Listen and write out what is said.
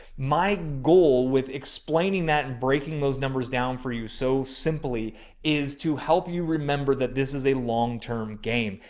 my goal with explaining that and breaking those numbers down for you. so simply is to help you remember that this is a long-term game.